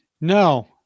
No